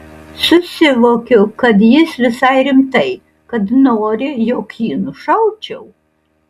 susivokiu kad jis visai rimtai kad nori jog jį nušaučiau